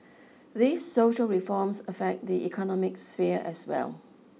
these social reforms affect the economic sphere as well